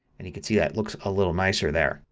and you can see that looks a little nicer there.